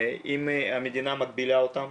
אם המדינה מגבילה אותם,